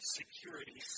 security